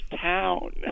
town